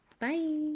bye